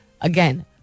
Again